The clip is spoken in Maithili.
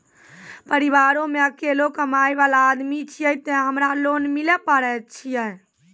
परिवारों मे अकेलो कमाई वाला आदमी छियै ते हमरा लोन मिले पारे छियै?